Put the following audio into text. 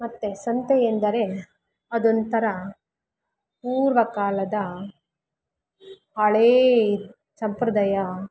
ಮತ್ತೆ ಸಂತೆ ಎಂದರೆ ಅದೊಂಥರ ಪೂರ್ವ ಕಾಲದ ಹಳೇ ಸಂಪ್ರದಾಯ